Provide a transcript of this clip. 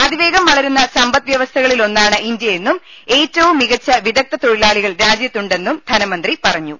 അതിവേഗം വളരുന്ന സമ്പദ്വ്യവസ്ഥകളിലൊന്നാണ് ഇന്ത്യ യെന്നും ഏറ്റവും മികച്ച വിദഗ്ദ്ധ തൊഴിലാളികൾ രാജ്യത്തു ണ്ടെന്നും ധനമന്ത്രി പറഞ്ഞു